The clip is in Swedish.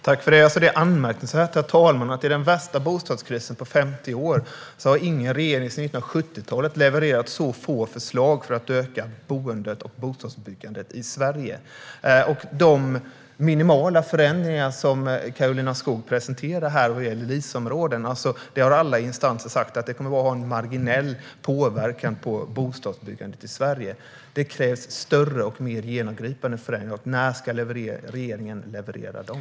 Herr talman! Det är anmärkningsvärt att i den värsta bostadskrisen på 50 år har ingen regering sedan 1970-talet levererat så få förslag för att öka möjligheterna till boende och bostadsbyggandet i Sverige som den nuvarande. De minimala förändringar som Karolina Skog presenterar vad gäller LIS-områden kommer enligt alla experter att ha en marginell påverkan på bostadsbyggandet i Sverige. Det krävs större och mer genomgripande förändringar. När ska regeringen leverera dem?